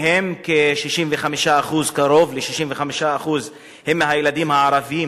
ומהם קרוב ל-65% הם ילדים ערבים